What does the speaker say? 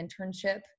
internship